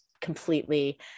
completely